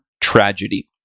tragedy